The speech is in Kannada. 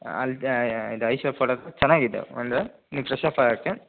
ಅಲ್ಲಿ ಇದು ಐಶೆಫ್ ಫಾರ್ ಚೆನ್ನಾಗಿದೆ ಒಂದು ನೀವು ಫ್ರೆಶ್ ಅಪ್ ಆಗೋಕ್ಕೆ